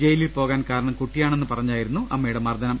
ജയിലിൽ പോകാൻ കാരണം കുട്ടിയാണെന്ന് പറഞ്ഞായിരുന്നു അമ്മയുടെ മർദ്ദനം